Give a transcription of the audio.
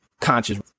conscious